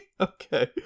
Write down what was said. Okay